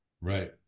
Right